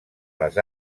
les